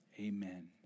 Amen